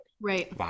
Right